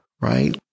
right